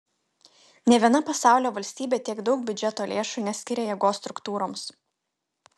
nė viena pasaulio valstybė tiek daug biudžeto lėšų neskiria jėgos struktūroms